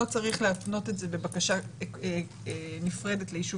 לא צריך להתנות את זה בבקשה נפרדת ליישוב